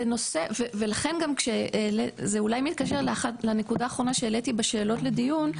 זה אולי מתקשר לנקודה האחרונה שהעליתי בשאלות לדיון,